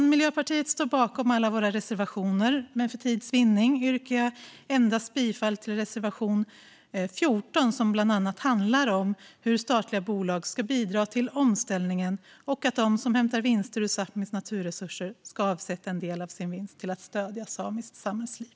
Vi i Miljöpartiet står bakom alla våra reservationer, men för tids vinnande yrkar jag bifall endast till reservation 14, som bland annat handlar om hur statliga bolag ska bidra till omställningen och om att de som hämtar vinster ur Sápmis naturresurser ska avsätta en del av sin vinst till att stödja samiskt samhällsliv.